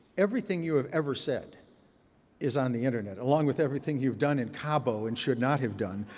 everything you have ever said is on the internet, along with everything you've done in cabo and should not have done.